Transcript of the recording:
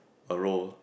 a roll